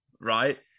Right